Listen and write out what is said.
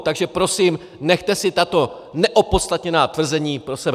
Takže prosím, nechte si tato neopodstatněná tvrzení pro sebe.